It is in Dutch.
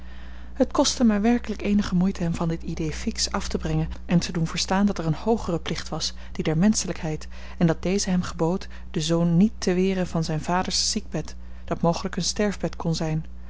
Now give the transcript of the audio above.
het kostte mij werkelijk eenige moeite hem van dit idée fixe af te brengen en te doen verstaan dat er een hoogere plicht was die der menschelijkheid en dat deze hem gebood den zoon niet te weren van zijns vaders ziekbed dat mogelijk een sterfbed kon zijn